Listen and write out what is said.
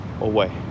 away